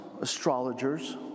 astrologers